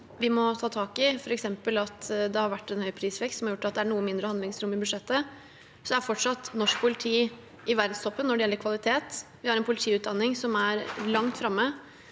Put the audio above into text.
vi må ta tak i, f.eks. at det har vært en høy prisvekst som har gjort at det er noe mindre handlingsrom i budsjettet, er norsk politi fortsatt i verdenstoppen når det gjelder kvalitet. Vi har en politiutdanning som er langt framme.